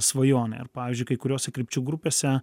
svajonę ar pavyzdžiui kai kuriose krypčių grupėse